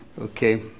okay